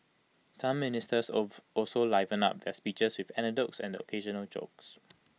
some ministers also livened up their speeches with anecdotes and the occasional joke